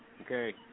okay